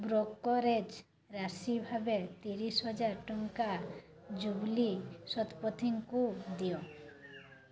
brokerage ରାଶି ଭାବେ ତିରିଶି ହଜାର ଟଙ୍କା ଜୁବ୍ଲି ଶତପଥୀଙ୍କୁ ଦିଅ